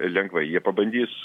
lengvai jie pabandys